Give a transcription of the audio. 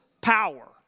power